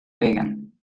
pegan